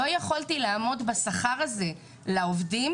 לא יכולתי לעמוד בשכר הזה לעובדים.